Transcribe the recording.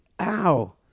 ow